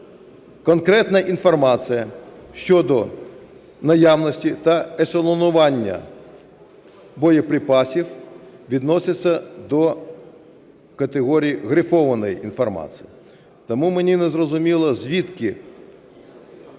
Конкретна інформація щодо наявності та ешелонування боєприпасів відноситься до категорії "грифованої інформації". Тому мені незрозуміло, звідки